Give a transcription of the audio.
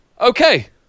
Okay